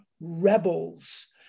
rebels